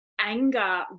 Anger